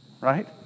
right